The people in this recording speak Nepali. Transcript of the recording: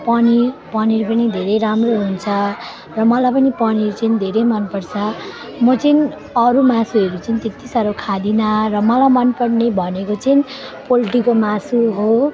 पनिर पनिर पनि धेरै राम्रो हुन्छ र मलाई पनि पनिर चाहिँ धेरै मन पर्छ म चाहिँ अरू मासुहरू चाहिँ त्यति साह्रो खाँदिन र मलाई मन पर्ने भनेको चाहिँ पोल्ट्रीको मासु हो